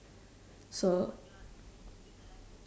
so